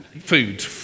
food